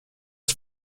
was